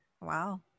Wow